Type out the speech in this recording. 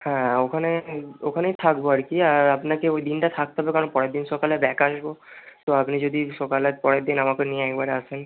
হ্যাঁ ওখানে আমি ওখানেই থাকব আর কি আর আপনাকে ওই দিনটা থাকতে হবে কারণ পরের দিন সকালে ব্যাক আসব তো আপনি যদি সকালের পরের দিন আমাকে নিয়ে একবারে আসেন